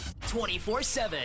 24-7